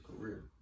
career